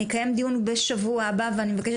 אני אקיים דיון בשבוע הבא ואני מבקשת